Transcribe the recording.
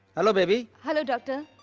hello, baby! hello, doctor.